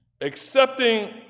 accepting